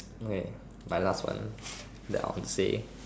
okay my last one that I want to say